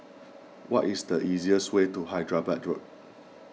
what is the easiest way to Hyderabad Road